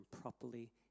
properly